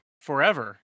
forever